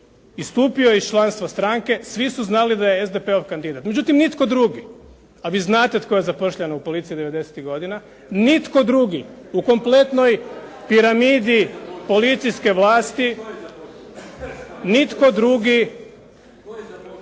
istupio je iz članstva stranke. Svi su znali da je SDP-ov kandidat, međutim nitko drugi, a vi znate tko je zapošljavan u policiji '90.-ih godina, nitko drugi u kompletnoj piramidi policijske vlasti, nitko drugi.